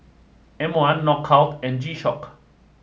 M one Knockout and G Shock